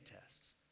tests